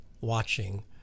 watching